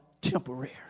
temporary